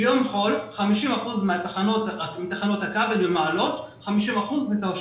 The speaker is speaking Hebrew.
ביום חול חמישים אחוז מתחנות הקו הן במעלות וחמישים אחוז בתרשיחא,